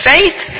Faith